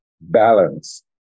balance